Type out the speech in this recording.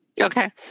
Okay